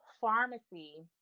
pharmacy